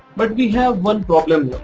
but we have one problem